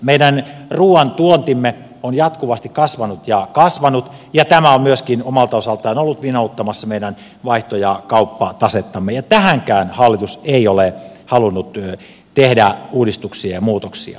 meidän ruoantuontimme on jatkuvasti kasvanut ja kasvanut ja tämä on myöskin omalta osaltaan ollut vinouttamassa meidän vaihto ja kauppatasettamme ja tähänkään hallitus ei ole halunnut tehdä uudistuksia ja muutoksia